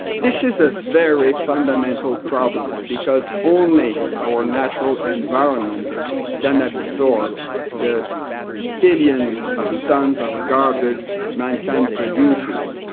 this is a very fondamental problem because only our natural environments can absorb the billions of tons of garbage mankind produces.